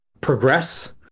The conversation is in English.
progress